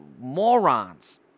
morons